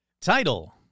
Title